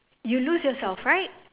you lose yourself right